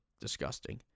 disgusting